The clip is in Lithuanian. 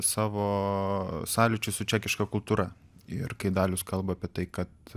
savo sąlyčiui su čekiška kultūra ir kai dalius kalba apie tai kad